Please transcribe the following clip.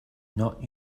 not